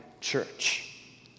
church